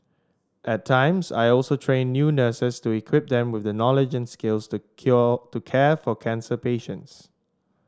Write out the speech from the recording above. at times I also train new nurses to equip them with the knowledge and skills to kill to care for cancer patients